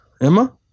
Emma